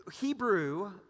Hebrew